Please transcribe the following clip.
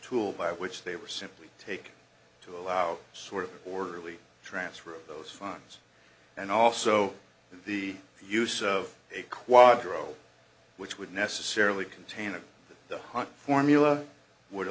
tool by which they were simply take to allow sort of orderly transfer of those funds and also the use of a quadro which would necessarily contain the hunt formula would